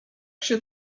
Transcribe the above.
się